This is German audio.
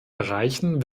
erreichen